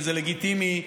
וזה לגיטימי.